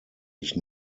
ich